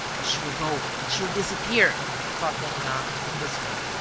she will go! she will disappear! thought ganimard, in dismay.